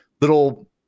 little